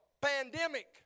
pandemic